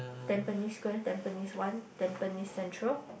tampines Square tampines one tampines Central